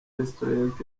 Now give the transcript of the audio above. restaurant